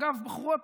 אגב, בחורות